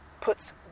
puts